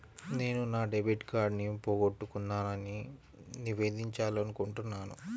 నేను నా డెబిట్ కార్డ్ని పోగొట్టుకున్నాని నివేదించాలనుకుంటున్నాను